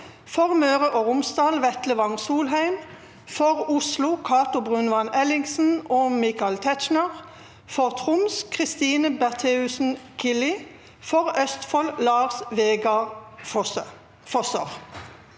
For Møre og Romsdal: Vetle Wang Soleim For Oslo: Cato Brunvand Ellingsen og Michael Tetz_schner_ For Troms: Christine Bertheussen Killie For Østfold: Lars Vegard Fosser